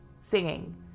singing